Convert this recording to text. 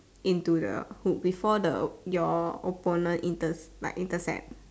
into the hoop before the your opponent in the like intercept